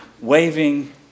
waving